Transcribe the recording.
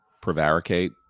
prevaricate